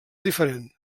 diferent